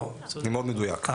אני מאוד מדויק.